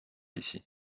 ici